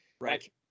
right